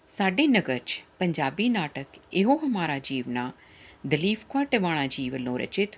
ਸਾਡੇ ਨਗਰ 'ਚ ਪੰਜਾਬੀ ਨਾਟਕ ਇਹੋ ਹਮਾਰਾ ਜੀਵਣਾ ਦਲੀਪ ਕੌਰ ਟਿਵਾਣਾ ਜੀ ਵੱਲੋਂ ਰਚਿਤ